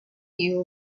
you